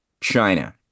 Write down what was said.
China